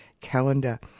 calendar